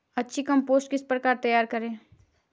अच्छी कम्पोस्ट किस प्रकार तैयार करें?